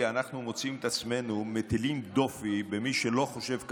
אנחנו מוצאים את עצמנו מטילים דופי במי שלא חושב כמונו.